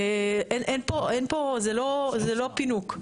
ואין פה, זה לא פינוק.